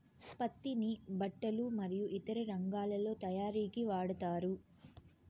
పత్తిని బట్టలు మరియు ఇతర రంగాలలో తయారీకి వాడతారు